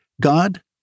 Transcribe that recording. God